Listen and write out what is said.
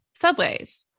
subways